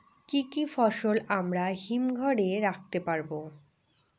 কি কি ফসল আমরা হিমঘর এ রাখতে পারব?